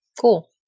Cool